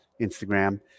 instagram